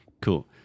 cool